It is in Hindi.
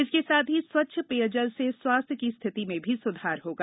इसके साथ ही स्वच्छ पेयजल से स्वास्थ्य की स्थिति में भी सुधार होगा